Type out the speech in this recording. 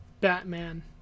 Batman